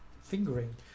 fingering